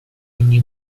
ogni